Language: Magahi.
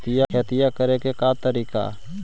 खेतिया करेके के तारिका?